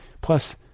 Plus